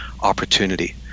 opportunity